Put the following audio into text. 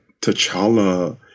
T'Challa